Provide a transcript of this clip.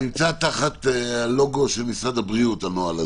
הנוהל הזה נמצא תחת לוגו של משרד הבריאות.